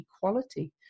equality